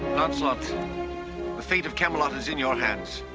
lancelot, the fate of camelot is in your hands.